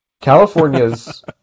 California's